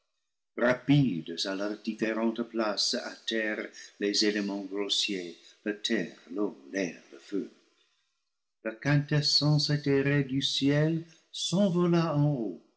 à leurs différentes places se hâtèrent les éléments grossiers la terre l'eau l'air le feu la quintessence éthérée du ciel s'envola